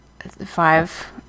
five